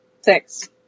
Six